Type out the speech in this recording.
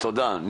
אנחנו גם